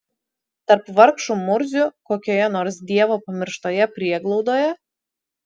tarp vargšų murzių kokioje nors dievo pamirštoje prieglaudoje